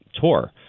tour